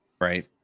Right